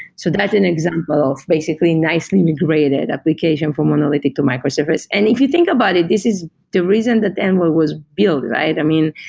so that's an example of basically nicely migrated application for monolithic to microservers. and if you think about it, this is the reason that envoy was built, right i mean,